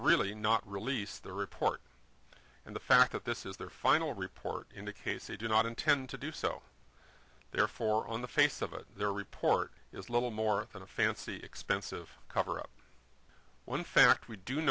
really not release the report and the fact that this is their final report indicates they do not intend to do so therefore on the face of it their report is little more than a fancy expensive cover up one fact we do